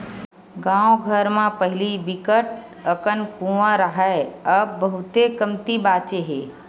गाँव घर म पहिली बिकट अकन कुँआ राहय अब बहुते कमती बाचे हे